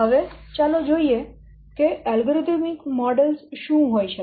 હવે ચાલો જોઈએ કે અલ્ગોરિધમીક મોડેલો શું હોઈ શકે